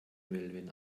melvin